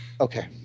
okay